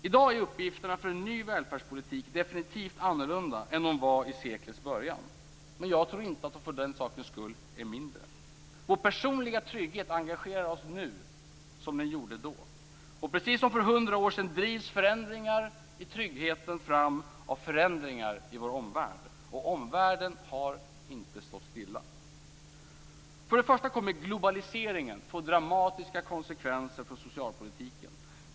I dag är uppgifterna för en ny välfärdspolitik definitivt annorlunda än vad de var vid seklets början. Men jag tror inte att de för den sakens skull är mindre. Vår personliga trygghet engagerar oss nu som den gjorde då. Och precis som för 100 år sedan drivs förändringar i tryggheten fram av förändringar i vår omvärld, och omvärlden har inte stått stilla. För det första kommer globaliseringen att få dramatiska konsekvenser för socialpolitiken.